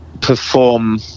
perform